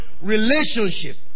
relationship